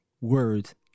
words